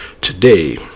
Today